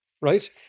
right